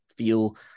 feel